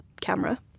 camera